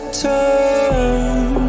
turn